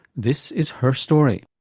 this is her story.